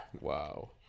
wow